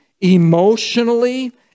emotionally